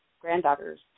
granddaughter's